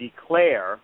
declare